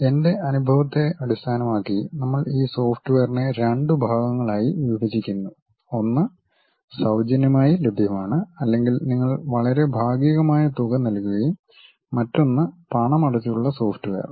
എന്റെ അനുഭവത്തെ അടിസ്ഥാനമാക്കി നമ്മൾ ഈ സോഫ്റ്റ്വെയറിനെ രണ്ട് ഭാഗങ്ങളായി വിഭജിക്കുന്നു ഒന്ന് സൌജന്യമായി ലഭ്യമാണ് അല്ലെങ്കിൽ നിങ്ങൾ വളരെ ഭാഗികമായ തുക നൽകുകയും മറ്റൊന്ന് പണമടച്ചുള്ള സോഫ്റ്റ്വെയർ